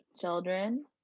children